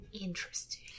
interesting